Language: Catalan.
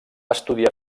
estudiar